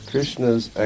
Krishna's